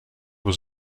was